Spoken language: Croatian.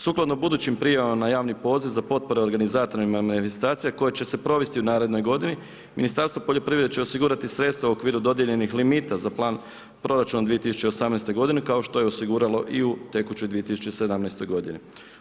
Sukladno budućim prijavama na javni poziv za potpore organizatorima manifestacija koje će se provesti u narednoj godini, Ministarstvo poljoprivrede će osigurati sredstva u okviru dodijeljenih limita za plan proračuna 2018. godine kao što je osiguralo i u tekućoj 2017. godini.